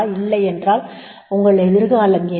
இல்லையென்றால் உங்கள் எதிர்காலம் என்ன